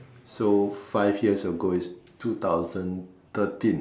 so five years ago is two thousand thirteen